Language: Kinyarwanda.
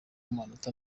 amanota